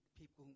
people